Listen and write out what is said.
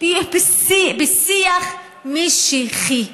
בשיח משיחי.